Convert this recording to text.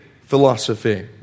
philosophy